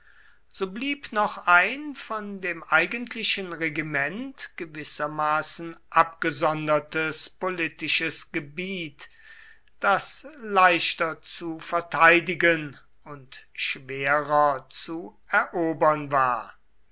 so blieb noch ein von dem eigentlichen regiment gewissermaßen abgesondertes politisches gebiet das leichter zu verteidigen und schwerer zu erobern war